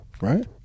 right